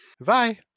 Bye